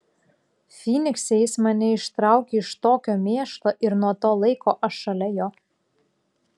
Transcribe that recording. fynikse jis mane ištraukė iš tokio mėšlo ir nuo to laiko aš šalia jo